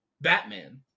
Batman